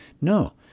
No